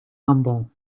humble